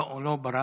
לא, הוא לא ברח.